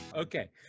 Okay